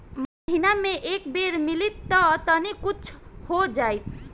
महीना मे एक बेर मिलीत त तनि कुछ हो जाइत